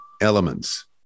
elements